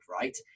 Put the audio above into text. Right